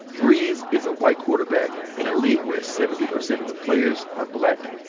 brees is a white quarterback in a league where seventy percent of the players are black.